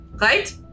Right